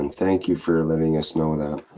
and thank you for you letting us know that.